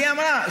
היא אמרה,